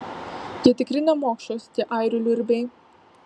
jie tikri nemokšos tie airių liurbiai